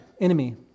enemy